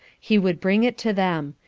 he would bring it to them.